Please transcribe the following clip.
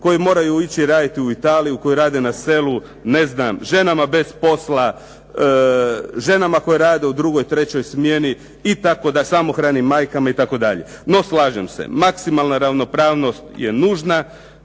koje moraju ići raditi u Italiju, koje rade na selu, ženama bez posla, ženama koje rade u 2., 3. smjeni, samohranim majkama itd. No, slažem se maksimalna ravnopravnost je nužna,